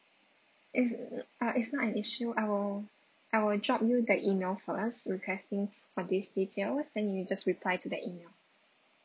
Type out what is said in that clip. is uh is not an issue I will I will drop you the email first requesting for these details then you just reply to that email